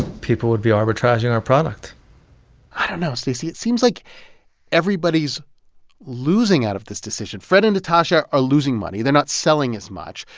people would be arbitraging our product i don't know, stacey. it seems like everybody's losing out of this decision. fred and natasha are losing money. they're not selling as much.